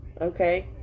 Okay